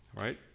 Right